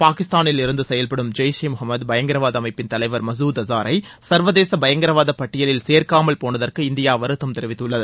பாகிஸ்தானில் இருந்து செயல்படும் ஜெய் ஷே முகமது பயங்கரவாத அமைப்பின் தலைவர் மசூத் ஆசாரை சா்வதேச பயங்கரவாத பட்டியலில் சேர்க்காமல் போனதற்கு இந்தியா வருத்தம் தெரிவித்துள்ளது